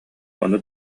ону